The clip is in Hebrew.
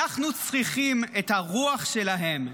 אנחנו צריכים את הרוח שלהם,